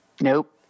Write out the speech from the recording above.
Nope